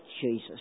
Jesus